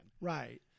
Right